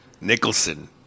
Nicholson